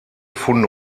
funde